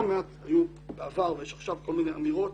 והיו בעבר ויש עכשיו כל מיני אמירות